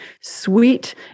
sweet